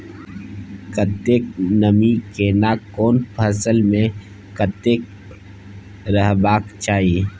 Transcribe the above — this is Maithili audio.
कतेक नमी केना कोन फसल मे कतेक रहबाक चाही?